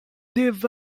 des